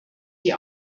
die